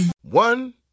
one